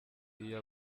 iyo